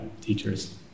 teachers